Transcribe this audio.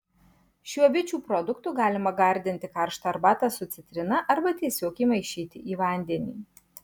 šiuo bičių produktu galima gardinti karštą arbatą su citrina arba tiesiog įmaišyti į vandenį